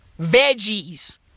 veggies